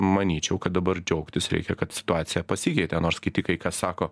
manyčiau kad dabar džiaugtis reikia kad situacija pasikeitė nors kiti kai kas sako